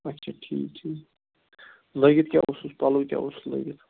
اچھا ٹھیٖک ٹھیٖک لٲگِتھ کیاہ اوسُس پَلَو کیاہ اوسُس لٲگِتھ